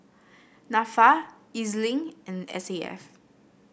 NAFA EZ Link and S A F